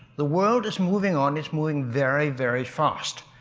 the world is moving on. it's moving very, very fast.